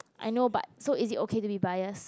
I know but so is it okay to be biased